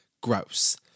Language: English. Gross